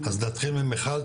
אז נתחיל ממיכל,